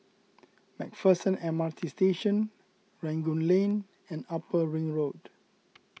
MacPherson M R T Station Rangoon Lane and Upper Ring Road